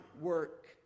work